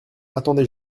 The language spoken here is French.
attendez